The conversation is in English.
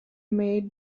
made